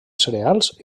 cereals